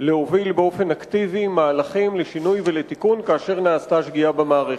להוביל באופן אקטיבי מהלכים לשינוי ולתיקון כאשר נעשתה שגיאה במערכת.